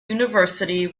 university